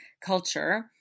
culture